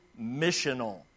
missional